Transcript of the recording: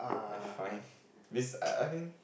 I find this I mean